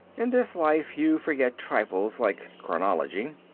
in this life you forget trifles like chronology.